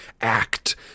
act